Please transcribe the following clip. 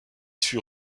fut